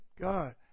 God